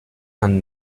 and